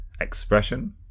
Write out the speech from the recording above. expression